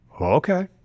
Okay